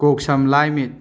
ꯀꯣꯛ ꯁꯝ ꯂꯥꯏ ꯃꯤꯠ